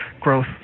growth